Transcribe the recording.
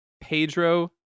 Pedro